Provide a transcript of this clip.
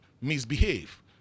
misbehave